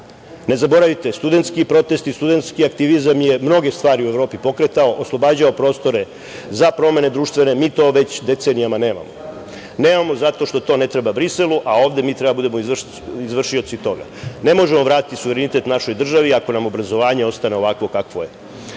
zaboravite, studentski protesti, studentski aktivizam je mnoge stgvari u Evropi pokretao, oslobađao prostore za promene društvene. Mi to već decenijama nemamo. Nemamo zato što to ne treba Briselu, a ovde mi treba da budemo izvršioci toga. Ne možemo vratiti suverenitet našoj državi ako nam obrazovanje ostane ovakvo kakvo